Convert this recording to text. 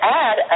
add